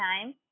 time